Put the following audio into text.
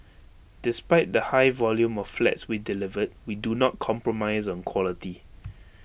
despite the high volume of flats we delivered we do not compromise on quality